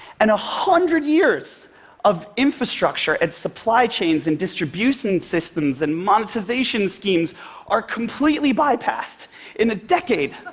and a hundred years of infrastructure and supply chains and distribution systems and monetization schemes are completely bypassed in a decade.